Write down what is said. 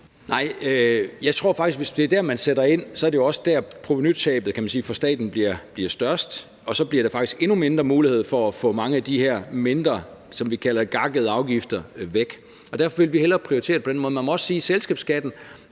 hvis det er der, man sætter ind, så er det også der, at provenutabet for staten bliver størst, kan man sige, og så bliver der faktisk endnu mindre mulighed for at få mange af de her mindre afgifter, som vi kalder gakkede afgifter, væk. Og derfor vil vi hellere prioritere på den måde. Man må også sige, at i forhold til